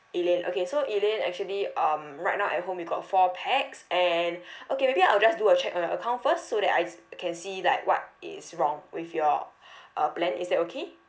elaine okay so elaine actually um right now at home you got four pax and okay maybe I'll just do a check on your account first so that I can see like what is wrong with your uh plan is that okay